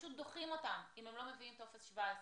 אם הם לא מביאים טופס 17,